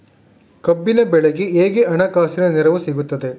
ಕಬ್ಬಿನ ಬೆಳೆಗೆ ಹೇಗೆ ಹಣಕಾಸಿನ ನೆರವು ಸಿಗುತ್ತದೆ?